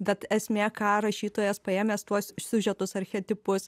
bet esmė ką rašytojas paėmęs tuos siužetus archetipus